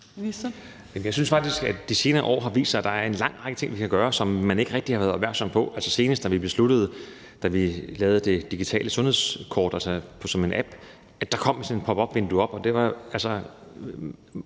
jeg synes faktisk, at det i de senere år har vist sig, at der er en lang række ting, vi kan gøre, som man ikke rigtig har været opmærksom på. Senest besluttede vi, da vi lavede det digitale sundhedskort, altså som en app, at der kom sådan et pop op-vindue, og det var altså